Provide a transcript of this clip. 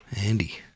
Andy